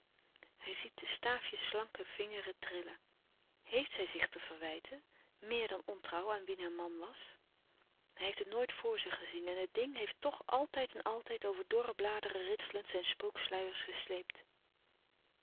hij ziet de staafjesslanke vingeren trillen heèft zij zich te verwijten méer dan ontrouw aan wien haar man was hij heeft het nooit voor zich gezien en het ding heeft toch altijd en altijd over dorre bladeren ritselend zijn spooksluiers gesleept